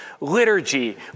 liturgy